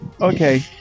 Okay